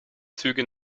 züge